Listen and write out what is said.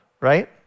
Right